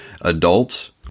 adults